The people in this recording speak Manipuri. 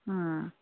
ꯎꯝ